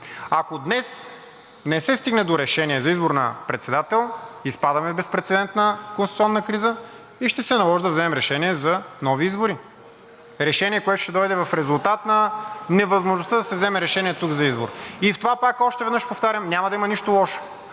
Ако днес не се стигне до решение за избор на председател, изпадаме в прецедентна конституционна криза и ще се наложи да вземем решение за нови избори. Решение, което ще дойде в резултат на невъзможността да се вземе решение тук за избор. И още веднъж повтарям, в това няма да има нищо лошо.